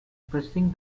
pressing